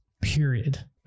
period